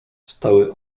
stały